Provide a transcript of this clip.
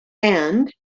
and